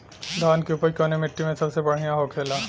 धान की उपज कवने मिट्टी में सबसे बढ़ियां होखेला?